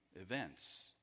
events